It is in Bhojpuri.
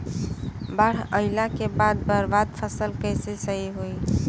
बाढ़ आइला के बाद बर्बाद फसल कैसे सही होयी?